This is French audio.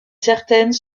certaines